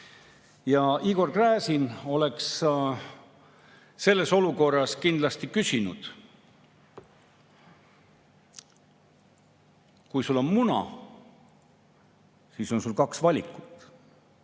Igor Gräzin oleks selles olukorras kindlasti öelnud: "Kui sul on muna, siis on sul kaks valikut: